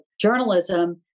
journalism